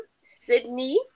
Sydney